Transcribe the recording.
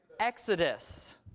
Exodus